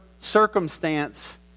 circumstance